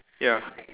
ya